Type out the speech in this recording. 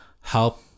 help